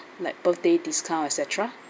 like birthday discount et cetera